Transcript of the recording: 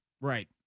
Right